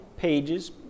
pages